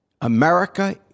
America